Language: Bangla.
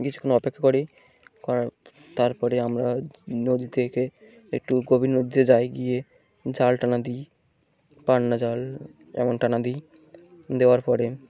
কিছুক্ষণ অপেক্ষা করি করার তারপরে আমরা নদী থেকে একটু গভীর নদীতে যাই গিয়ে জাল টানা দিই পান্না জাল এমন টানা দিই দেওয়ার পরে